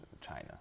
China